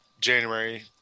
January –